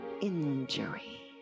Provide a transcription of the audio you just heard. injury